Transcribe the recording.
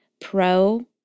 pro